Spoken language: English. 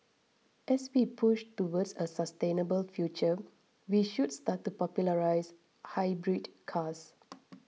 as we push towards a sustainable future we should start to popularise hybrid cars